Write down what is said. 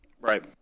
Right